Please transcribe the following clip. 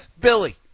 Billy